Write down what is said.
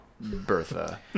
Bertha